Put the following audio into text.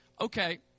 Okay